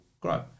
grow